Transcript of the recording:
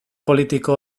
politiko